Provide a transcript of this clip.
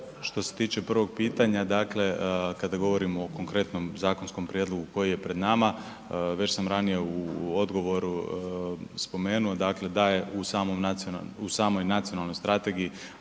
što se tiče prvog pitanja kada govorimo konkretno o zakonskom prijedlogu koji je pred nama već sam ranije u odgovoru spomenuo da je u samoj nacionalnoj strategiji